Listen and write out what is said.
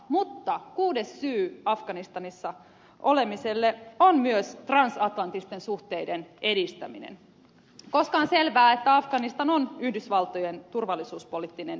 mutta kuudes syy afganistanissa olemiselle on myös transatlanttisten suhteiden edistäminen koska on selvää että afganistan on yhdysvaltojen turvallisuuspoliittinen prioriteetti